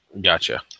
gotcha